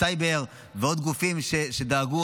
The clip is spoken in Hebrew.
הסייבר ועוד גופים שדאגו,